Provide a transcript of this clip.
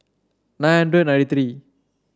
nine hundred ninety three